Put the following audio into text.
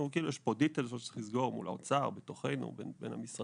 בו עוד פרטים שצריך לסגור מול האוצר ובין המשרדים,